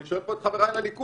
אני שואל פה את חבריי בליכוד: